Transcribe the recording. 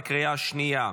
התקבלו בקריאה שנייה.